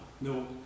no